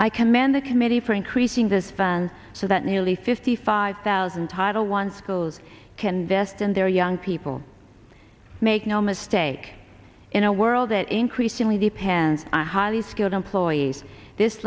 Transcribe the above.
i commend the committee for increasing this fund so that nearly fifty five thousand title once goes can best in their young people make no mistake in a world that increasingly depends on highly skilled employees this